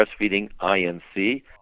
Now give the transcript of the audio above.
breastfeedinginc